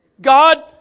God